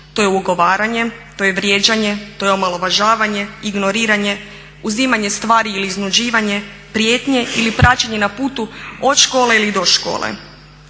To je ugovaranje, to je vrijeđanje, to je omalovažavanje, ignoriranje, uzimanje stvari ili iznuđivanje, prijetnje ili praćenje na putu od škole ili do škole.